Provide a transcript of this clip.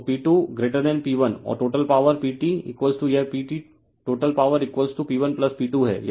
तो P2P1 और total power PT यह PT टोटल पॉवर P1P2 है